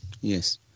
Yes